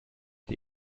der